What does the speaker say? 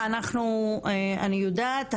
על החינוך אני יודעת,